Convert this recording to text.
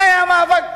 זה היה מאבק